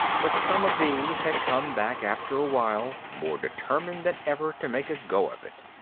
but some of these had come back after a while, more determined than ever to make a go of it.